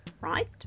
right